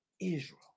Israel